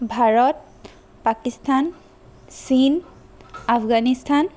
ভাৰত পাকিস্তান চীন আফগানিস্থান